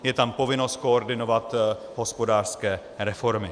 Je tam povinnost koordinovat hospodářské reformy.